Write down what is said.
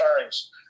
turns